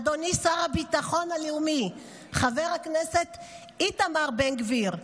אדוני שר הביטחון הלאומי חבר הכנסת איתמר בן גביר,